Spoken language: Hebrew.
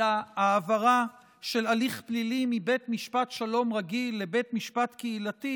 להעברה של הליך פלילי מבית משפט שלום רגיל לבית משפט קהילתי